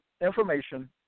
information